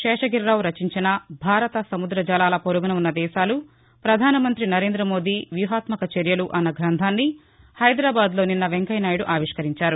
శేషగిరిరావు రచించిన భారత సముద్ర జలాల పొరుగున ఉన్న దేశాలు ప్రధాన మంత్రి నరేంద్ర మోదీ వ్యూహాత్మక చర్యలు అన్న గ్రంధాన్ని హైదరాబాద్లో నిన్న వెంకయ్యనాయుడు ఆవిష్కరించారు